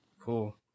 Cool